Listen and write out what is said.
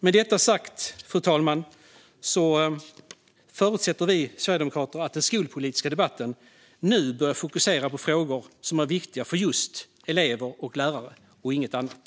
Med detta sagt, fru talman, förutsätter vi sverigedemokrater att den skolpolitiska debatten nu börjar fokusera på frågor som är viktiga för just elever och lärare och inget annat.